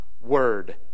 word